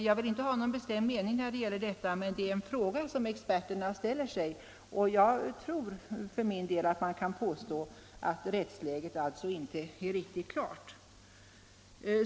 Jag har ingen bestämd mening i det fallet, men det är en fråga som experterna ställer sig. Jag tror man kan påstå att rättsläget här inte är riktigt klart.